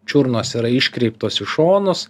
čiurnos yra iškreiptos į šonus